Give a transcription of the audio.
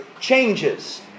changes